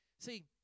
See